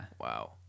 Wow